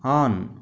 on